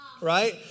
right